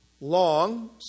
long